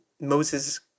Moses